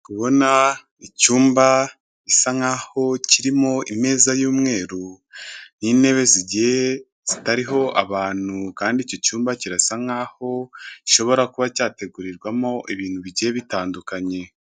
Ndikubona icyumba gisa nk'aho kirimo imeza y'umweru n'intebe zitariho abantu kandi icyo cyumba kirasa nk'aho gishobora kuba cyategurirwamo ibintu bigiye bitandukanye.